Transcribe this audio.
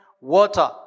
water